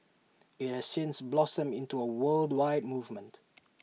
IT has since blossomed into A worldwide movement